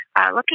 looking